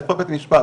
איפה בית משפט,